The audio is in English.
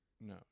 no